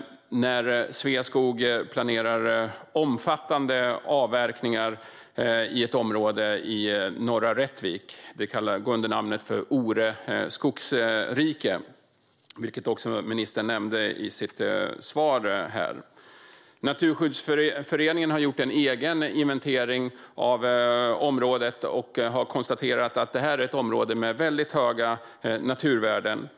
Sveaskog planerar omfattande avverkningar i ett område i norra Rättvik - det går under namnet Ore skogsrike. Ministern nämnde det också i sitt svar. Naturskyddsföreningen har gjort en egen inventering av området och har konstaterat att det är ett område med väldigt höga naturvärden.